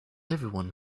everyone